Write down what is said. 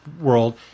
world